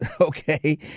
okay